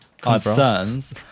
concerns